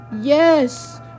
Yes